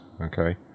okay